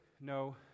no